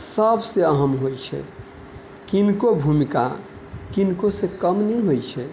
सबसँ अहम होइ छै किनको भूमिका किनकोसँ कम नहि होइ छै